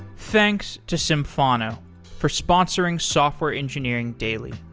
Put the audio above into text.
thanks to symphono for sponsoring software engineering daily.